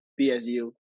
BSU